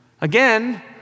Again